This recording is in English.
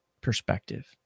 perspective